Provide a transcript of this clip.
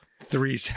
Three